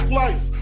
life